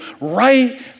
right